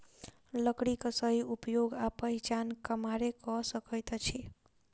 लकड़ीक सही उपयोग आ पहिचान कमारे क सकैत अछि